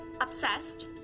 obsessed